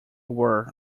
were